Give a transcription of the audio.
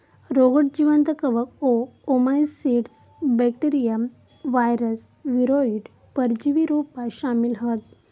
रोगट जीवांत कवक, ओओमाइसीट्स, बॅक्टेरिया, वायरस, वीरोइड, परजीवी रोपा शामिल हत